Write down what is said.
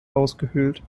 ausgehöhlt